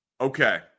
Okay